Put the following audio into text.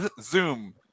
Zoom